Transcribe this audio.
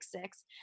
six